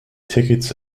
tickets